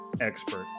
expert